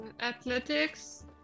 athletics